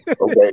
Okay